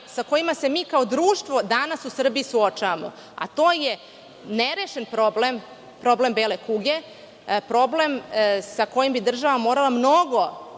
sa kojima se mi kao društvo danas u Srbiji suočavamo, a to je nerešen problem bele kuge, problem sa kojim bih država morala mnogo